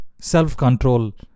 self-control